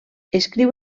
escriu